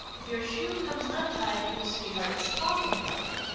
if your shoe comes untied, your sweetheart is talking about you.